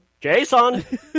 Jason